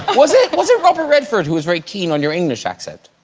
was it was it robert redford who was very keen on your english accent?